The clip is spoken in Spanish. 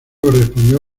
correspondió